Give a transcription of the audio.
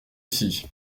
ici